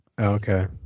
Okay